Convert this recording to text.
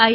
આઈ